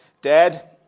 Dad